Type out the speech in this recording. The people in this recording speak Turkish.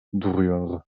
duruyor